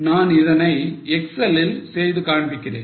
நான் இதனை எக்ஸெலில் செய்து காண்பிக்கிறேன்